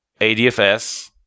ADFS